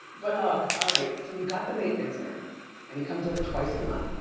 but look, alright, so you got the maintenance man and he comes over twice a month.